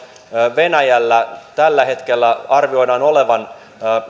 venäjällä tällä hetkellä arvioidaan olevan